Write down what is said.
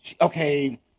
okay